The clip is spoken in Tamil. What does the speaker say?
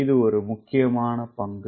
இது ஒரு முக்கியமான பங்கு